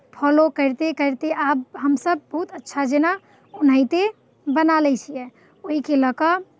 follow करिते करिते आब हमसभ बहुत अच्छा जेना ओनाहिते बना लै छियै ओहिके लऽ कऽ